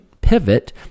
pivot